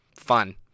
Fun